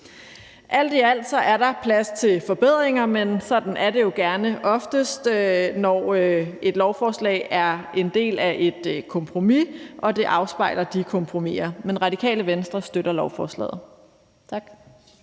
Alt i alt er der plads til forbedringer, men sådan er det jo oftest gerne, når et lovforslag er en del af et kompromis og afspejler de kompromiser, men Radikale Venstre støtter lovforslaget. Tak.